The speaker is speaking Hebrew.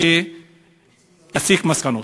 שיסיק מסקנות.